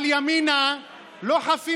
אבל ימינה לא חפים